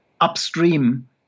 upstream